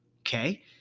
Okay